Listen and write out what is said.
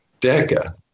DECA